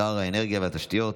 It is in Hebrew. שר האנרגיה והתשתיות,